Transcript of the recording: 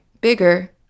bigger